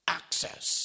access